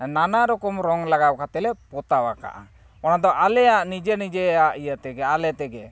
ᱱᱟᱱᱟ ᱨᱚᱠᱚᱢ ᱨᱚᱝ ᱞᱟᱜᱟᱣ ᱠᱟᱛᱮᱞᱮ ᱯᱚᱛᱟᱣ ᱟᱠᱟᱜᱼᱟ ᱚᱱᱟ ᱫᱚ ᱟᱞᱮᱭᱟᱜ ᱱᱤᱡᱮ ᱱᱤᱡᱮᱭᱟᱜ ᱤᱭᱟᱹ ᱛᱮᱜᱮ ᱟᱞᱮ ᱛᱮᱜᱮ